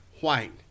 white